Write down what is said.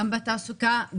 גם בתעסוקה,